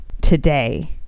today